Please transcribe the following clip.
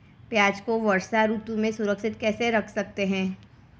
प्याज़ को वर्षा ऋतु में सुरक्षित कैसे रख सकते हैं?